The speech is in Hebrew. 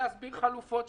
לבדוק חלופות שנבדקו,